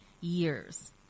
years